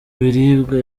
biribwa